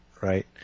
right